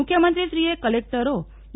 મુખ્યમંત્રીશ્રીએ કલેકટરો ડી